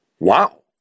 wow